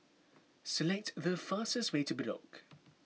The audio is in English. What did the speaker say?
select the fastest way to Bedok